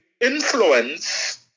influence